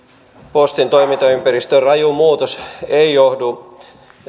postin toimintaympäristön raju muutos ei johdu